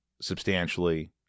substantially